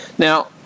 Now